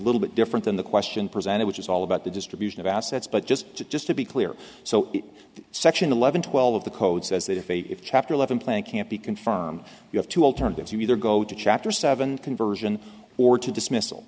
little bit different than the question presented which is all about the distribution of assets but just to just to be clear so section eleven twelve of the code says that if if chapter eleven plan can't be confirmed you have two alternatives you either go to chapter seven conversion or to dismiss